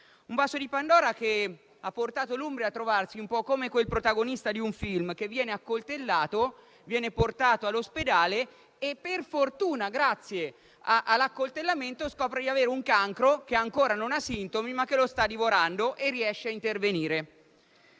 un vaso di Pandora che ha portato l'Umbria a essere in un certo senso il protagonista di un film che viene accoltellato, portato all'ospedale e, per fortuna, grazie all'accoltellamento, scopre di avere un cancro che ancora non dà sintomi, ma lo sta divorando e quindi interviene.